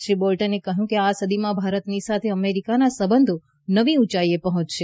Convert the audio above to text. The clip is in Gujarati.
શ્રી બોલ્ટને કહ્યું કે આ સદીમાં ભારતની સાથે અમેરિકાના સંબંધો નવી ઉંચાઇએ પહોંચશે